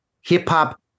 hip-hop